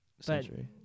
century